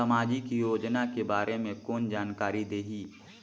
समाजिक योजना के बारे मे कोन जानकारी देही?